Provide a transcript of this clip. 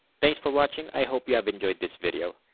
thanks for watching i hope you have enjoyed this video,